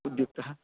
उद्युक्तः